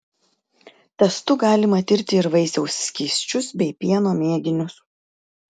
testu galima tirti ir vaisiaus skysčius bei pieno mėginius